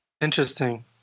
Interesting